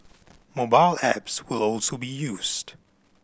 mobile apps will also be used